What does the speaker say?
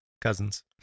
Cousins